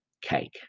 cake